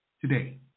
today